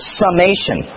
summation